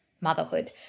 motherhood